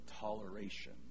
toleration